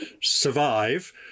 survive